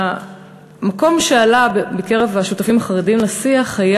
והמקום שעלה בקרב השותפים החרדים לשיח היה